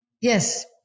Yes